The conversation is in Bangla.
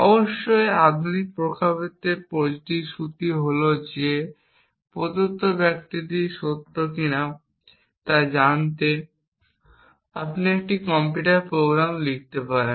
অবশ্যই আধুনিক প্রেক্ষাপটে প্রতিশ্রুতি হল যে প্রদত্ত বাক্যটি সত্য কিনা তা জানাতে আপনি একটি কম্পিউটার প্রোগ্রাম লিখতে পারেন